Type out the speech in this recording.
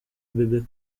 bebe